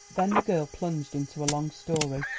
then the girl plunged into a long story.